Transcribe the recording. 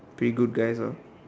pretty good guys ah